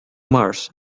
mars